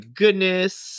goodness